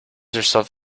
herself